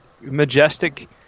majestic